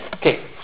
Okay